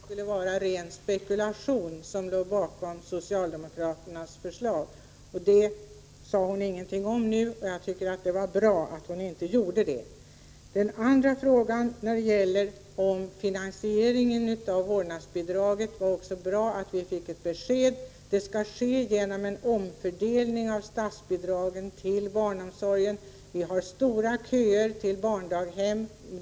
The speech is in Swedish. Herr talman! Jag tog i min kommentar till Ulla Tillanders inlägg upp hennes påstående att det skulle vara ren spekulation som ligger bakom socialdemokraternas förslag. Det sade hon ingenting om nu, och det tycker jag är bra. När det gäller finansieringen av vårdnadsbidraget var det bra att vi fick ett besked. Finansieringen skall ske genom en omfördelning av statsbidragen till barnomsorgen. Vi har stora köer till barndaghemmen.